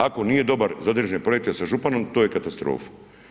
Ako nije dobar za određene projekte sa županom, to je katastrofa.